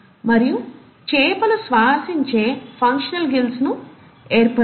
మరియు చేపలు శ్వాసించే ఫంక్షనల్ గిల్స్ ను ఏర్పరుస్తాయి